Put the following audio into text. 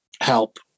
help